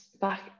back